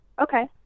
okay